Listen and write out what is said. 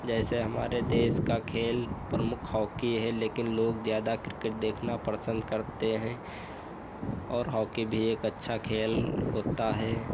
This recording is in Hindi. जैसे हमारे देश का खेल प्रमुख हॉकी है लेकिन लोग ज़्यादा क्रिकेट देखना पसन्द करते हैं और हॉकी भी एक अच्छा खेल होता है